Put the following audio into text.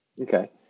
Okay